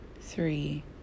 three